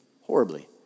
horribly